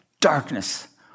darkness